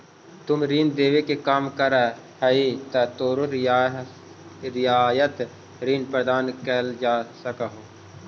तुम ऋण देवे के काम करऽ हहीं त तोरो रियायत ऋण प्रदान कैल जा सकऽ हओ